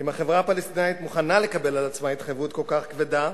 אם החברה הפלסטינית מוכנה לקחת על עצמה התחייבות כל כך כבדה,